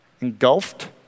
engulfed